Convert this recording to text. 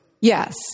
Yes